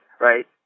right